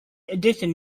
edition